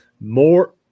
more